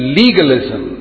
legalism